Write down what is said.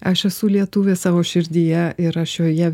aš esu lietuvė savo širdyje ir aš joje